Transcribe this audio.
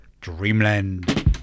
Dreamland